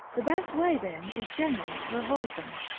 the best way then is generally to avoid them.